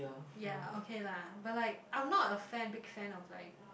ya okay lah but like I'm not a fan big fan of like